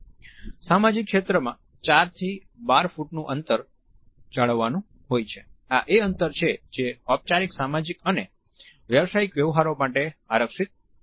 સામાજિક ક્ષેત્રમાં 4 થી 12 ફૂટનું અંતર જાળવવાનું હોય છે આ એ અંતર છે જે ઔપચારીક સામાજિક અને વ્યવસાયિક વ્યવહારો માટે આરક્ષિત છે